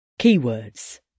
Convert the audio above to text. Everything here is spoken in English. Keywords